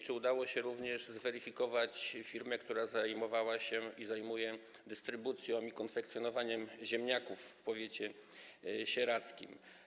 Czy udało się zweryfikować firmę, która zajmowała i zajmuje się dystrybucją i konfekcjonowaniem ziemniaków w powiecie sieradzkim?